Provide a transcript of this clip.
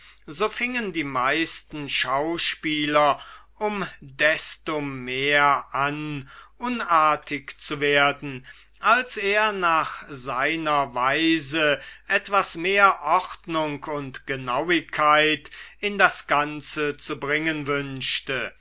so fingen die meisten schauspieler um desto mehr an unartig zu werden als er nach seiner weise etwas mehr ordnung und genauigkeit in das ganze zu bringen wünschte